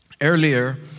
Earlier